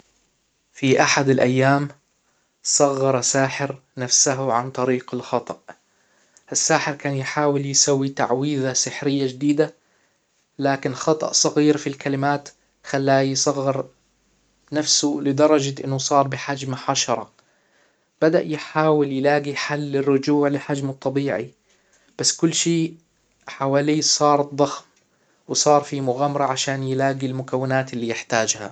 في احد الايام صغر ساحر نفسه عن طريق الخطأ الساحر كان يحاول يسوي تعويذة سحرية جديدة لكن خطأ صغير في الكلمات خلاه يصغر نفسه لدرجة انه صار بحجم حشرة بدأ يحاول يلاقي حل للرجوع لحجمه الطبيعي بس كل شي حواليه صار ضخم وصار فيه مغامرة عشان يلاقي المكونات اللي يحتاجها